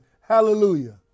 Hallelujah